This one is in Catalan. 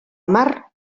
mar